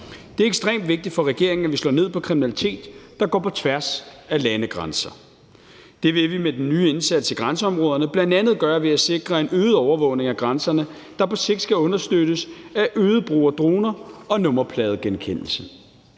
Det er ekstremt vigtigt for regeringen, at vi slår ned på kriminalitet, der går på tværs af landegrænser. Det vil vi med den nye indsats i grænseområderne bl.a. gøre ved at sikre en øget overvågning af grænserne, der på sigt skal understøttes af øget brug af droner og nummerpladegenkendelse.